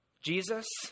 Jesus